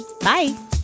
Bye